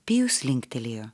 pijus linktelėjo